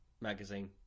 magazine